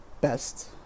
best